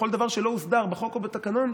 בכל דבר שלא הוסדר בחוק או בתקנון,